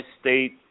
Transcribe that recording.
State